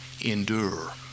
Endure